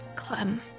Clem